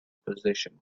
position